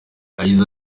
yagize